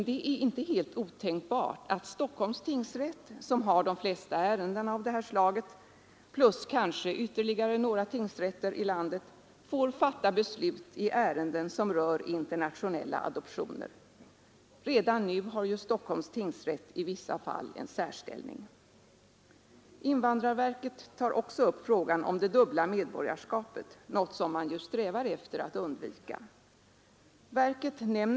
Det är inte helt otänkbart att Stockholms tingsrätt, som har de flesta ärendena av det här slaget, plus några ytterligare tingsrätter i landet får fatta beslut i ärenden som rör internationella adoptioner. Redan nu har Stockholms tingsrätt i vissa fall en särställning. Frågan om det dubbla medborgarskapet, något som man strävar efter att undvika, tas också upp av invandrarverket.